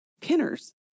pinners